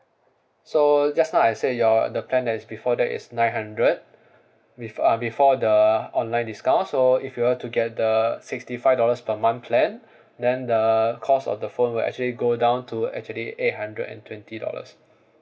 so just now I said your the plan that is before that is nine hundred with uh before the online discount so if you were to get the sixty five dollars per month plan then the cost of the phone will actually go down to actually eight hundred and twenty dollars